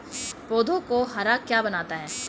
पौधों को हरा क्या बनाता है?